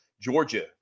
Georgia